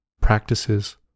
practices